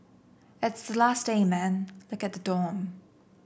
it's the last day man look at the dorm